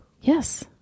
Yes